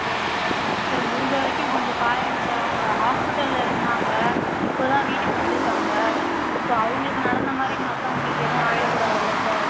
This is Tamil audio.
சரி சார் சார் முடிஞ்ச வரைக்கும் கொஞ்சம் பாருங்கள் சார் அவங்க ஹாஸ்பிட்டலில் இருந்தாங்க இப்போ தான் வீட்டுக்கு வந்திருக்காங்க இப்போ அவங்களுக்கு நடந்த மாதிரி மற்றவங்களுக்கு எதுவும் ஆகிடக்கூடாதுல்ல சார்